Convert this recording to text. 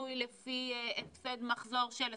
לפיצוי לפי הפסד מחזור של 25%,